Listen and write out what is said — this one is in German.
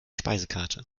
speisekarte